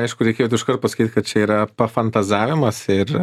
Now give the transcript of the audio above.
aišku reikėtų iškart pasakyt kad čia yra pafantazavimas ir